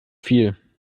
viel